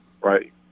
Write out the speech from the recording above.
right